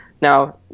Now